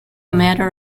matter